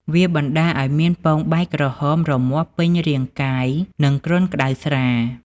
វាបណ្តាលឱ្យមានពងបែកក្រហមរមាស់ពេញរាងកាយ និងគ្រុនក្តៅស្រាល។